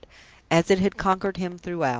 as it had conquered him throughout.